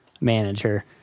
manager